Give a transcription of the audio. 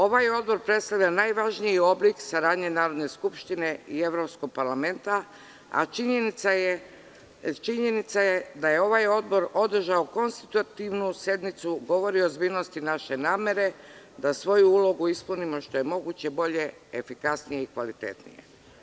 Ovaj odbor predstavlja najvažniji oblik saradnje Narodne skupštine i Evropskog parlamenta, a činjenica je da je ovaj odbor održao konstitutivnu sednicu govori o ozbiljnosti naše namere da svoju ulogu ispunimo što je moguće bolje, efikasnije i kvalitetnije.